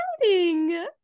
exciting